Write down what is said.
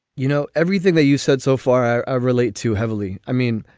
you know, everything that you said so far, i ah relate too heavily. i mean,